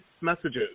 messages